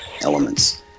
elements